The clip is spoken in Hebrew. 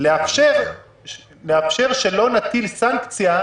להוסיף סעיף,